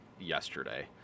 yesterday